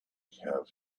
have